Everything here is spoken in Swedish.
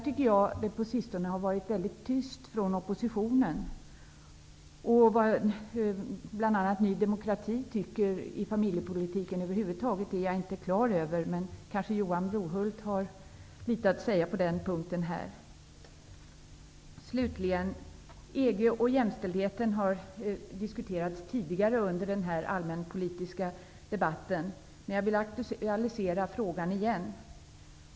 Det har på sistone varit väldigt tyst från oppositionen. Vad Ny demokrati tycker i familjepolitiken över huvud taget är jag inte heller klar över, men kanske Johan Brohult har något att säga på den punkten. EG och jämställdheten har diskuterats tidigare under den allmänpolitiska debatten, men jag vill aktualisera frågan igen.